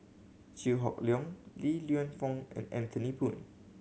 Chew Hock Leong Li Lienfung and Anthony Poon